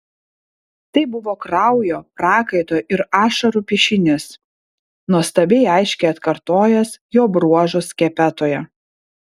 tai buvo kraujo prakaito ir ašarų piešinys nuostabiai aiškiai atkartojęs jo bruožus skepetoje